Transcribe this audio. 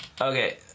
Okay